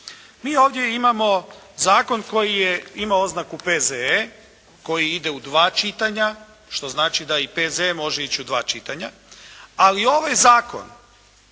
Mi ovdje imamo zakon koji ima oznaku P.Z.E., koji ide u dva čitanja, što znači da i P.Z. može ići u dva čitanja. Ali ovaj zakon